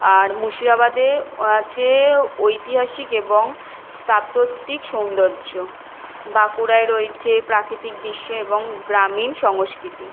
আর মুর্শিদাবাদে আছে ঐতিহাসিক এবং স্থাপত্যিক সৌন্দর্য বাঁকুড়ায় রয়েছে প্রাকৃতিক দৃশ্য এবং গ্রামীণ সংস্কৃতি